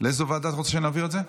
לאיזו ועדה אתה רוצה שנעביר את זה?